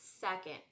second